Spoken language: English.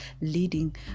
leading